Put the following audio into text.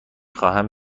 خواهم